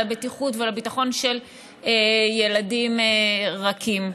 לבטיחות ולביטחון של ילדים רכים.